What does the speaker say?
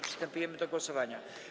Przystępujemy do głosowania.